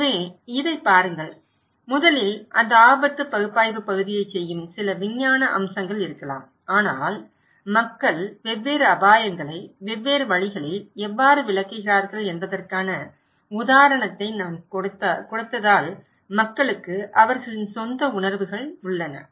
எனவே இதைப் பாருங்கள் முதலில் அந்த ஆபத்து பகுப்பாய்வு பகுதியைச் செய்யும் சில விஞ்ஞான அம்சங்கள் இருக்கலாம் ஆனால் மக்கள் வெவ்வேறு அபாயங்களை வெவ்வேறு வழிகளில் எவ்வாறு விளக்குகிறார்கள் என்பதற்கான உதாரணத்தை நான் கொடுத்ததால் மக்களுக்கு அவர்களின் சொந்த உணர்வுகள் உள்ளன